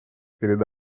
перед